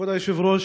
כבוד היושב-ראש,